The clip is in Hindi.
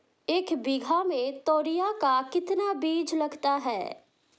एक बीघा में तोरियां का कितना बीज लगता है?